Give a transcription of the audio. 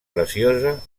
preciosa